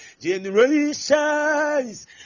Generations